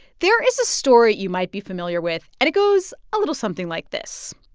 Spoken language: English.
there is a story you might be familiar with. and it goes a little something like this.